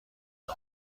امد